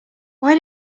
why